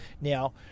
Now